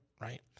right